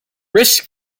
risk